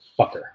fucker